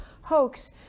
hoax